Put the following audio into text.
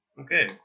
okay